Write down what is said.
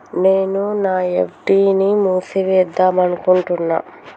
నేను నా ఎఫ్.డి ని మూసివేద్దాంనుకుంటున్న